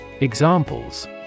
Examples